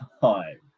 time